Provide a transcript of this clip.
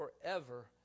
forever